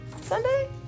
Sunday